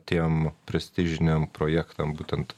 tiem prestižiniam projektam būtent